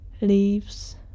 leaves